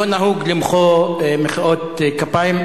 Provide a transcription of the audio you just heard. לא נהוג למחוא מחיאות כפיים,